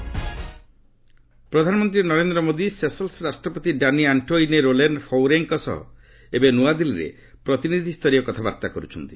PM Seychelles ପ୍ରଧାନମନ୍ତ୍ରୀ Narendra Modi Seychelles ରାଷ୍ଟ୍ରପତି Danny Antoine Rollen ଫଉରେଙ୍କ ସହ ଏବେ ନୂଆଦିଲ୍ଲୀରେ ପ୍ରତିନିଧିଷରୀୟ କଥାବାର୍ତ୍ତା କରୁଛନ୍ତି